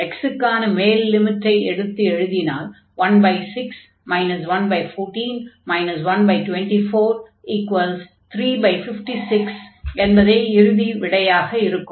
x க்கான மேல் லிமிட்டை எடுத்து எழுதினால் 16 114 124356 என்பதே இறுதி விடையாக இருக்கும்